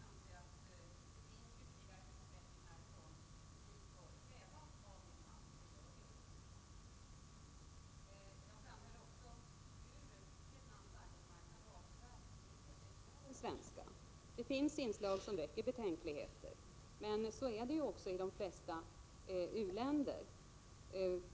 Herr talman! Av mitt svar framgår att jag anser att det finns ytterligare förbättringar som vi bör kräva av Vietnam, och det gör vi också. Jag framhöll också hur Vietnams arbetsmarknad avsevärt skiljer sig från den svenska. Det finns inslag som väcker betänkligheter, men så är det i de flesta u-länder.